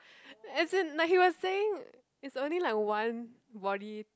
as in like he was saying is only like one body